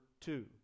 two